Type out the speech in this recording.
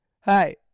hi